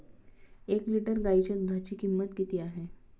एक लिटर गाईच्या दुधाची किंमत किती आहे?